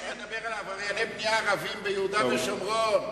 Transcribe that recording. אני מדבר על עברייני בנייה ערבים ביהודה ושומרון.